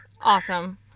awesome